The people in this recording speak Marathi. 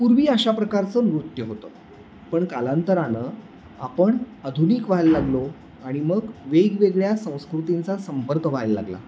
पूर्वी अशा प्रकारचं नृत्य होतं पण कालांतरानं आपण आधुनिक व्हायला लागलो आणि मग वेगवेगळ्या संस्कृतींचा संपर्क व्हायला लागला